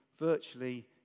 virtually